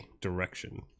direction